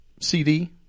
CD